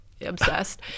obsessed